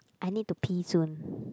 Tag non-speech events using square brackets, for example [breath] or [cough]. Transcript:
I need to pee soon [breath]